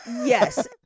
Yes